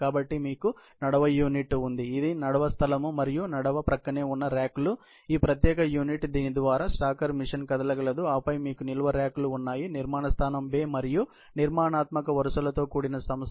కాబట్టి మీకు నడవ యూనిట్ ఉంది ఇది నడవ స్థలం మరియు నడవ ప్రక్కనే ఉన్న రాక్లు ఈ ప్రత్యేక యూనిట్ దీని ద్వారా స్టాకర్ మెషిన్ కదలగలదు ఆపై మీకు నిల్వ రాక్లు ఉన్నాయి నిర్మాణ స్థానం బే మరియు నిర్మాణాత్మక వరుసలతో కూడిన సంస్థ